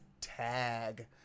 tag